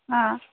आ